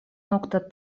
nokta